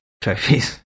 trophies